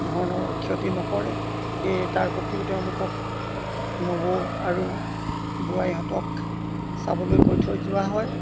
ধৰণৰ ক্ষতি নকৰে এই তাৰ প্ৰতিও তেওঁলোকক নবৌ আৰু বোৱাৰীহঁতক চাবলৈ কৈ থৈ যোৱা হয়